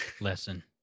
lesson